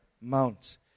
Mount